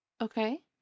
okay